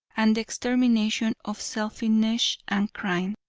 and the extermination of selfishness and crime.